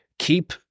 Keep